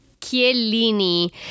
Chiellini